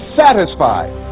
satisfied